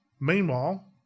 Meanwhile